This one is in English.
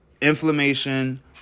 inflammation